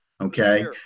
Okay